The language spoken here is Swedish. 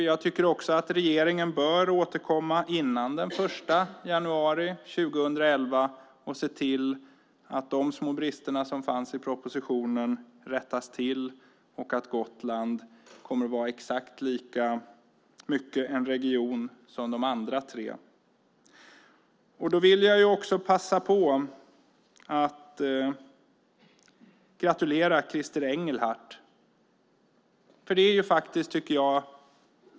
Jag tycker också att regeringen bör återkomma innan den 1 januari 2011 och se till att de små brister som fanns i propositionen rättas till och att Gotland kommer att vara exakt lika mycket en region som de andra tre. Jag vill också passa på att gratulera Christer Engelhardt.